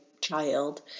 child